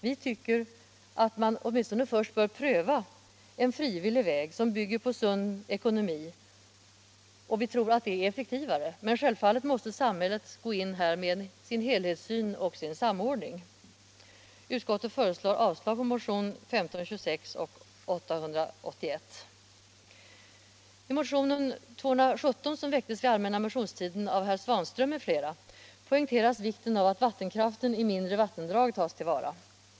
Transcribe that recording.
Vi tycker att man åtminstone först bör pröva en frivillig väg som bygger på sund ekonomi. Vi tror att det är effektivare, men självfallet måste samhället gå in med sin helhetssyn och sin samordning. Utskottet föreslår avslag på motionerna 1526 och 881. I motionen 217, som väcktes under allmänna motionstiden av herr Svanström m.fl., poängteras vikten av att vattenkraften i mindre vattendrag tas till vara.